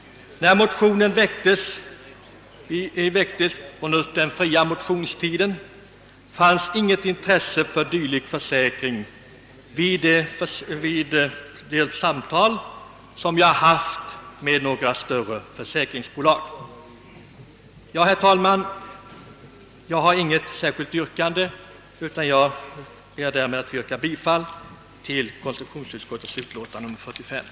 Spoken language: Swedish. När motionen väcktes under den allmänna motionstiden, visades det inget intresse för den saken vid de samtal som jag hade med några större försäkringsbolag. Herr talman! Jag har inget särskilt yrkande, utan ber att få yrka bifall till konstitutionsutskottets hemställan.